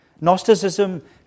Gnosticism